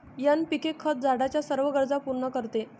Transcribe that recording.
NPK खत झाडाच्या सर्व गरजा पूर्ण करते